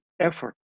effort